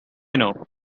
know